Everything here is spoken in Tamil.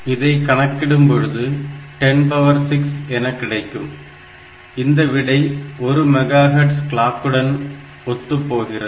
இதை கணக்கிடும் பொழுது 106 எனக் கிடைக்கும் இந்த விடை 1 மெகா ஹேர்ட்ஸ் கிளாக்குடன் ஒத்துப்போகிறது